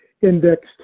indexed